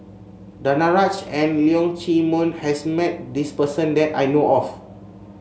Danaraj and Leong Chee Mun has met this person that I know of